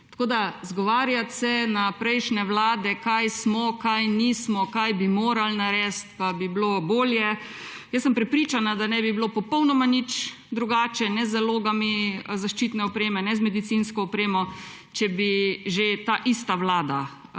Tako da izgovarjati se na prejšnje vlade, kaj smo, česa nismo, kaj bi morali narediti pa bi bilo bolje – jaz sem prepričana, da ne bi bilo popolnoma nič drugače ne z zalogami zaščitne opreme ne z medicinsko opremo, če bi ta ista vlada že